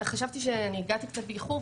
הגעתי קצת באיחור,